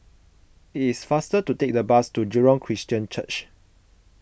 it is faster to take the bus to Jurong Christian Church